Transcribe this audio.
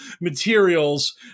materials